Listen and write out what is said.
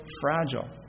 fragile